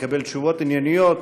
לקבל תשובות ענייניות,